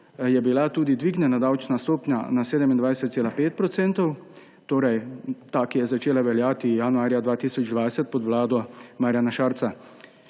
je bila tudi dvignjena davčna stopnja na 27,5 %, torej ta, ki je začela veljati januarja 2020 pod vlado Marjana Šarca.